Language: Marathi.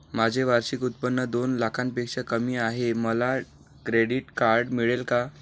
माझे वार्षिक उत्त्पन्न दोन लाखांपेक्षा कमी आहे, मला क्रेडिट कार्ड मिळेल का?